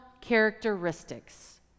characteristics